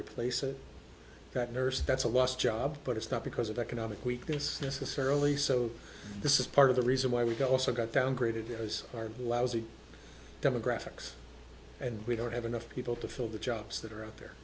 replace that nurse that's a lost job but it's not because of economic weakness necessarily so this is part of the reason why we got also got downgraded our lousy demographics and we don't have enough people to fill the jobs that are out there